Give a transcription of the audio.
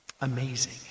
Amazing